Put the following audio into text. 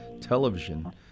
television